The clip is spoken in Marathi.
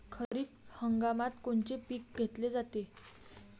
खरिप हंगामात कोनचे पिकं घेतले जाते?